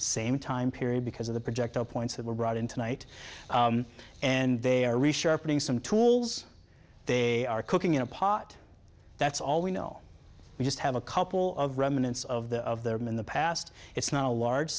same time period because of the projectile points that were brought in to night and they are resharpening some tools they are cooking in a pot that's all we know we just have a couple of remnants of the of them in the past it's not a large